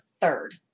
third